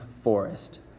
forest